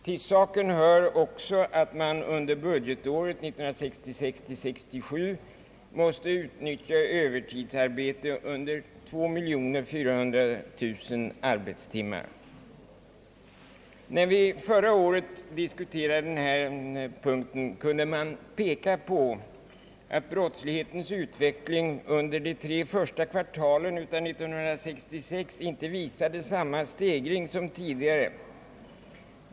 Hit hör vidare att man under budgetåret 1966/67 måste tillgripa övertidsarbete under 2,4 miljoner arbetstimmar. När vi förra året diskuterade denna punkt, kunde man peka på att brottslighetens utveckling under de tre första kvartalen 1966 inte visade samma stegring som tidigare.